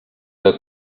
que